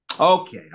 Okay